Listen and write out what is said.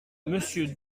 monsieur